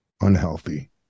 unhealthy